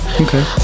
Okay